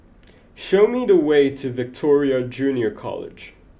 show me the way to Victoria Junior College